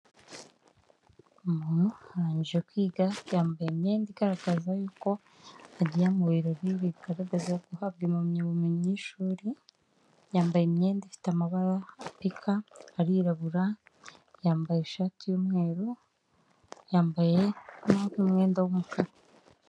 Umuntu arangije kwiga yambaye imyenda igaragaza yuko agiye mu birori bigaragaza guhabwa impamyabumenyi yishuri yambaye imyenda ifite amabara apika, arirabura yambaye ishati y'umweru yambaye umwenda nundi mwenda w'umukara .